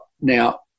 Now